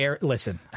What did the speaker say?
Listen